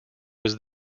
was